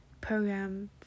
program